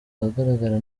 ahagaragara